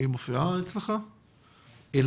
רוצה לספר לכם קצת על